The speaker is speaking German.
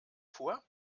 vor